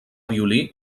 violí